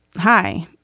hi,